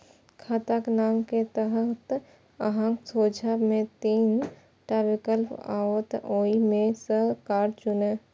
खाताक नाम के तहत अहांक सोझां मे तीन टा विकल्प आओत, ओइ मे सं कार्ड चुनू